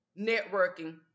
networking